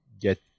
get